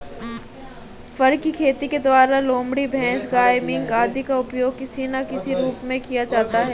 फर की खेती के द्वारा लोमड़ी, भैंस, गाय, मिंक आदि का उपयोग किसी ना किसी रूप में किया जाता है